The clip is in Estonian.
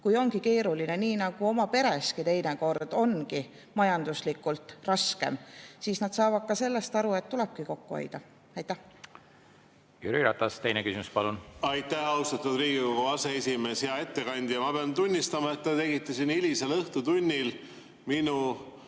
kui ongi keeruline. Nii nagu oma pereski teinekord on majanduslikult raskem. Nad saavad sellest aru, et siis tulebki kokku hoida. Jüri Ratas, teine küsimus, palun! Aitäh, austatud Riigikogu aseesimees! Hea ettekandja! Ma pean tunnistama, et te tegite siin hilisel õhtutunnil minu